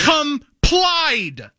complied